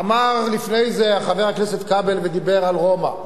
אמר לפני זה חבר הכנסת כבל ודיבר על רומא.